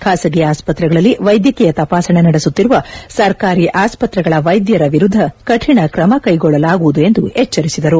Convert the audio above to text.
ಖಾಸಗಿ ಆಸ್ತತ್ರಗಳಲ್ಲಿ ವೈದ್ಯಕೀಯ ತಪಾಸಣೆ ನಡೆಸುತ್ತಿರುವ ಸರ್ಕಾರಿ ಆಸ್ತತ್ರೆಗಳ ವೈದ್ಯರ ವಿರುದ್ದ ಕಠಿಣ ಕ್ರಮ ಕೈಗೊಳ್ಳಲಾಗುವುದು ಎಂದು ಎಚ್ಚರಿಸಿದರು